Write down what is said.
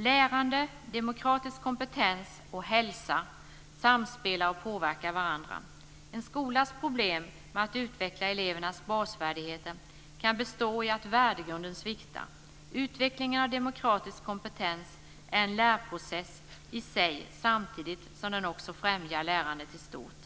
Lärande, demokratisk kompetens och hälsa samspelar och påverkar varandra. En skolas problem med att utveckla elevernas basfärdigheter kan bestå i att värdegrunden sviktar. Utvecklingen av demokratisk kompetens är en inlärningsprocess i sig, samtidigt som den också främjar lärande i stort.